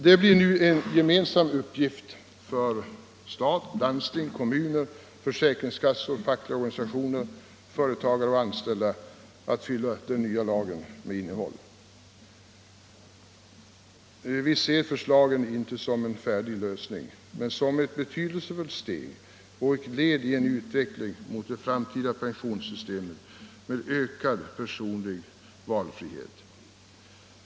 Det blir nu en gemensam uppgift för stat, landsting, kommuner, försäkringskassor, fackliga organisationer, företagare och anställda att fylla den nya lagen med innehåll. Vi ser förslagen inte som en färdig lösning men som ett betydelsefullt steg och som ett led i en utveckling mot ett framtida pensionssystem med ökad valfrihet.